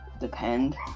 depend